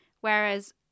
Whereas